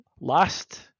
last